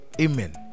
amen